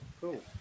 cool